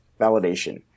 validation